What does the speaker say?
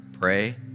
Pray